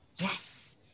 yes